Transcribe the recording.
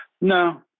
No